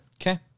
Okay